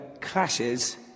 clashes